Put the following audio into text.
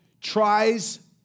tries